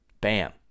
bam